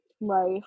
life